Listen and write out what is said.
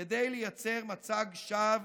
כדי לייצר מצג שווא